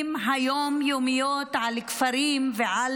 היום-יומיות של המתנחלים על כפרים ועל